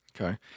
okay